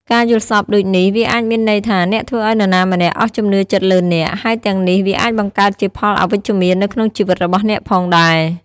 ការយល់សប្តិដូចនេះ វាអាចមានន័យថា អ្នកបានធ្វើឲ្យនរណាម្នាក់ អស់ជំនឿចិត្តលើអ្នក ហើយទាំងនេះ វាអាចបង្កើតជាផលអវិជ្ជមាន នៅក្នុងជីវិតរបស់អ្នកផងដែរ។